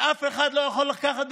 ואף אחד לא יכול לקחת,